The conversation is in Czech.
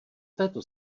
této